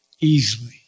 easily